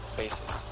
basis